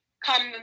Come